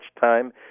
time